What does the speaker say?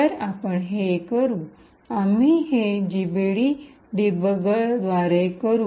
तर आपण हे करू आम्ही हे जीडीबी डीबगरद्वारे करू